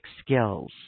skills